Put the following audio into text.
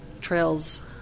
trails